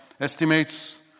estimates